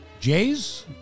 Jays